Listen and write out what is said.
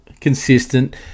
consistent